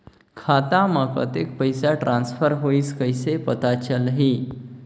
खाता म कतेक पइसा ट्रांसफर होईस कइसे पता चलही?